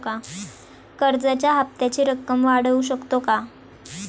कर्जाच्या हप्त्याची रक्कम वाढवू शकतो का?